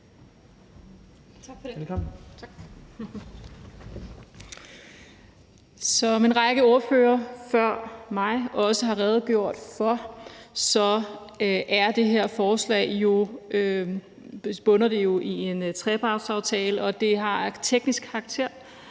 Som en række ordførere før mig også har redegjort for, bunder det her forslag jo i en trepartsaftale, og det er af teknisk karakter